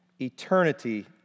eternity